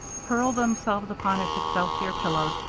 hurled themselves upon its excelsior pillows,